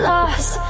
Lost